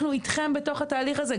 אנחנו איתכם בתוך התהליך הזה,